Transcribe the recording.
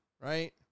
right